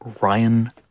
Ryan